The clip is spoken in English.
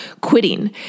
quitting